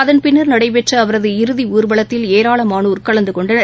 அதன்பின்னர் நடைபெற்றஅவரது இறுதிணர்வலத்தில் ஏராளமானோர் கலந்துகொண்டனர்